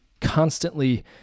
constantly